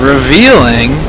Revealing